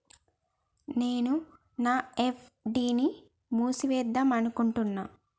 నేను నా ఎఫ్.డి ని మూసివేద్దాంనుకుంటున్న